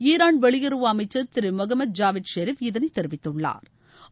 Iran வெளியுறவு அமைச்சர் திருமொகமத் ஜாவேத் ஷரிப் இதனைதெரிவித்துள்ளாா்